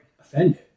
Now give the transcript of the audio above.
Offended